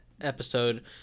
episode